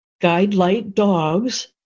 guidelightdogs